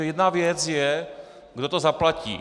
Jedna věc je, kdo to zaplatí.